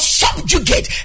subjugate